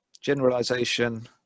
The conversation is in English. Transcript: generalization